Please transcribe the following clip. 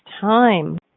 time